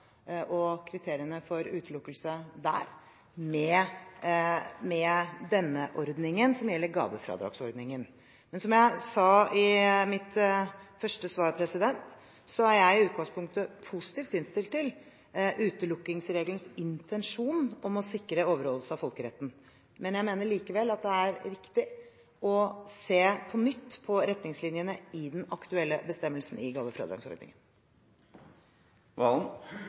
og kriteriene for utelukkelse der med denne ordningen, som gjelder gavefradragsordningen. Som jeg sa i mitt første svar, er jeg i utgangspunktet positivt innstilt til utelukkelsesregelens intensjon om å sikre overholdelse av folkeretten. Men jeg mener likevel det er riktig å se på nytt på retningslinjene i den aktuelle bestemmelsen i gavefradragsordningen.